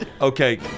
okay